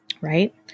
Right